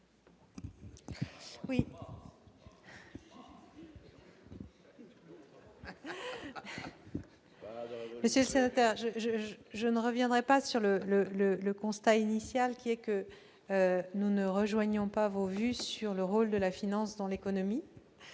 Monsieur le sénateur, je ne reviendrai pas sur mon constat initial : nous ne rejoignons pas vos vues sur le rôle de la finance dans l'économie.